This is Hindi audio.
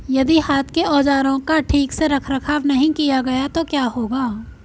यदि हाथ के औजारों का ठीक से रखरखाव नहीं किया गया तो क्या होगा?